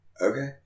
Okay